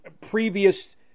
previous